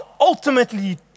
ultimately